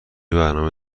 برنامه